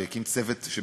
והקים צוות,